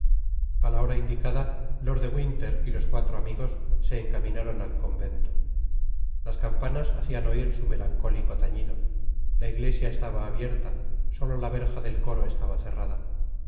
a la hora indicada lord de winter y los cuatro amigos se encaminaron al convento las campanas hacían oír su melancólico tañido la iglesia estaba abierta solo la verja del coro estaba cerrada